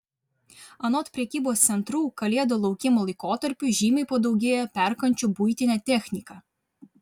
anot prekybos centrų kalėdų laukimo laikotarpiu žymiai padaugėjo perkančių buitinę techniką